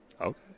Okay